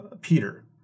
Peter